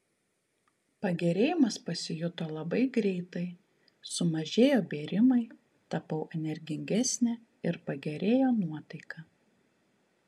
pagerėjimas pasijuto labai greitai sumažėjo bėrimai tapau energingesnė ir pagerėjo nuotaika